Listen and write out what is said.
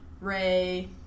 Ray